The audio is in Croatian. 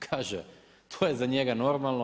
Kaže to je za njega normalno.